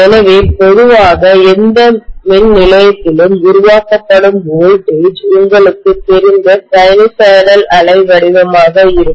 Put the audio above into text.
எனவே பொதுவாக எந்த மின் நிலையத்திலும் உருவாக்கப்படும் வோல்டேஜ் உங்களுக்கு தெரிந்த சைனூசாய்டல் அலை வடிவமாக இருக்கும்